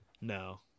No